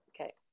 Okay